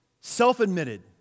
Self-admitted